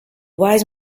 wise